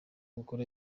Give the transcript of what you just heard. gukora